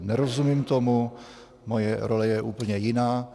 Nerozumím tomu, moje role je úplně jiná.